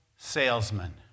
Salesman